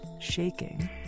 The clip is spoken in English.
Shaking